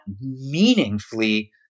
meaningfully